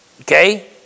okay